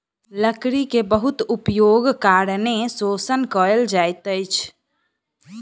लकड़ी के बहुत उपयोगक कारणें शोषण कयल जाइत अछि